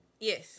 Yes